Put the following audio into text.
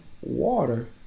water